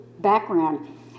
Background